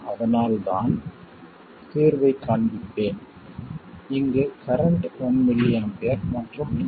அதனால் நான் தீர்வைக் காண்பிப்பேன் இங்கு கரண்ட் 1mA மற்றும் இங்கு வோல்ட்டேஜ் 0